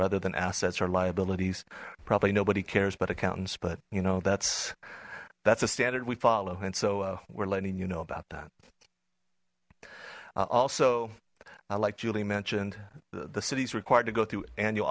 rather than assets or liabilities probably nobody cares but accountants but you know that's that's a standard we follow and so we're letting you know about that also i like julie mentioned the city's required to go through an